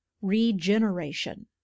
REGENERATION